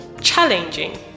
challenging